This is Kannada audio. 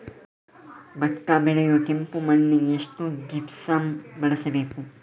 ಭತ್ತ ಬೆಳೆಯುವ ಕೆಂಪು ಮಣ್ಣಿಗೆ ಎಷ್ಟು ಜಿಪ್ಸಮ್ ಬಳಸಬೇಕು?